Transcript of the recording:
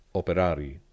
operari